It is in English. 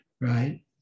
right